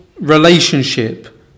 relationship